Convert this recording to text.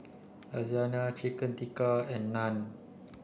Lasagne Chicken Tikka and Naan